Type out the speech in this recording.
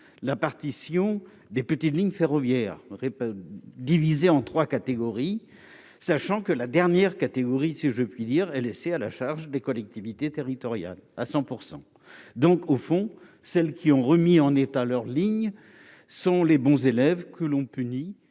la partition des petites lignes ferroviaires restent divisés en 3 catégories, sachant que la dernière catégorie, si je puis dire et laisser à la charge des collectivités territoriales à 100 % donc, au fond, celles qui ont remis en état leurs lignes sont les bons élèves que l'on punit